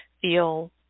feel